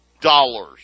dollars